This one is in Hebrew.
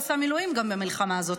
הוא עשה מילואים גם במלחמה הזאת,